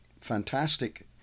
fantastic